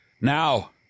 Now